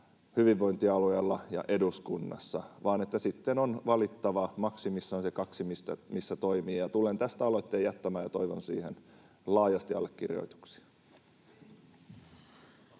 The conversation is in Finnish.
hyvinvointialueella ja eduskunnassa, vaan on valittava maksimissaan se kaksi, missä toimii. Tulen tästä aloitteen jättämään, ja toivon siihen laajasti allekirjoituksia.